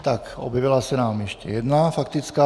Tak, objevila se nám ještě jedna faktická.